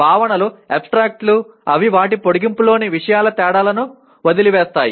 భావనలు ఆబ్స్ట్రాక్ట్ లు అవి వాటి పొడిగింపులోని విషయాల తేడాలను వదిలివేస్తాయి